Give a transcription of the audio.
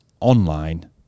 online